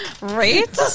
Right